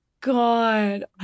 God